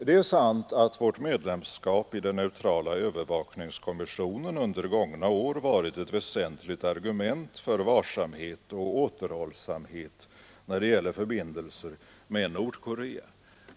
Det är sant att vårt medlemskap i den neutrala övervakningskommissionen under gångna år varit ett väsentligt argument för varsamhet och återhållsamhet när det gäller förbindelser med Nordkorea.